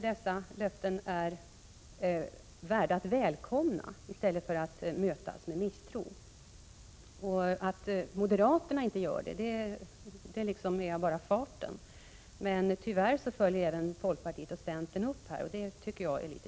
Dessa löften är värda att välkomnas i stället för att mötas med misstro. Att moderaterna inte gör det är väl mest av bara farten, men tyvärr följer även folkpartiet och centern med, och det tycker jag är trist.